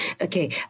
Okay